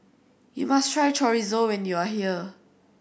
you must try Chorizo when you are here